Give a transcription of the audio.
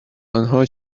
اینها